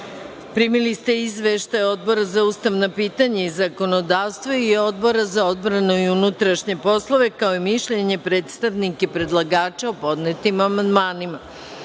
ste izveštaje Odbora za ustavna pitanja i zakonodavstvo i Odbora za odbranu i unutrašnje poslove, kao i mišljenje predstavnika predlagača o podnetim